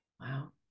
Wow